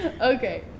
Okay